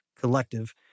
collective